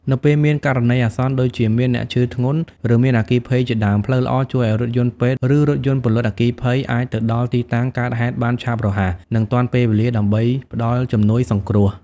នៅពេលមានករណីអាសន្ន ដូចជាមានអ្នកឈឺធ្ងន់ ឬមានអគ្គីភ័យជាដើម ផ្លូវល្អជួយឲ្យរថយន្តពេទ្យ ឬរថយន្តពន្លត់អគ្គីភ័យ អាចទៅដល់ទីតាំងកើតហេតុបានឆាប់រហ័ស និងទាន់ពេលវេលា ដើម្បីផ្តល់ជំនួយសង្គ្រោះ។